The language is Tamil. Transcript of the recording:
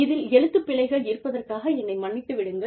இதில் எழுத்துப் பிழைகள் இருப்பதற்காக என்னை மன்னித்து விடுங்கள்